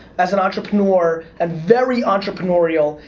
as an entrepreneur, and very entrepreneurial,